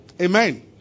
Amen